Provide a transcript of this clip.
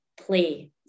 play